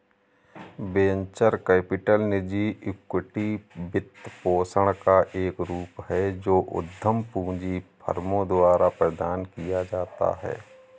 venture capital निजी equity वित्तपोषण का एक रूप है जो उद्यम पूंजी फर्मों द्वारा प्रदान किया जाता है